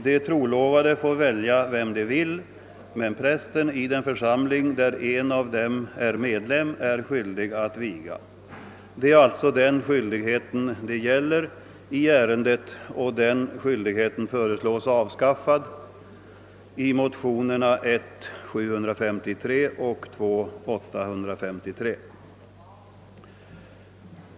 De trolovade får välja vem de vill, men prästen i den församling, där en av dem är medlem, är skyldig att viga. Det är alltså denna skyldighet ärendet gäller, och den skyldigheten föreslås bli avskaffad i motionerna I: 753 och II: 853.